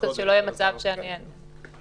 שלא יהיה מצב שאני --- למשל,